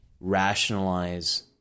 rationalize